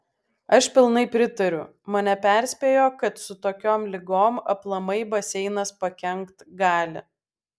aš pilnai pritariu mane perspėjo kad su tokiom ligom aplamai baseinas pakenkt gali